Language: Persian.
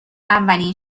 اولین